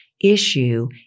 issue